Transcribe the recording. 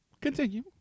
continue